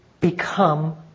become